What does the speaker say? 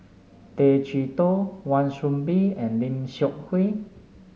Tay Chee Toh Wan Soon Bee and Lim Seok Hui